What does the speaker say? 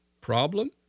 Problem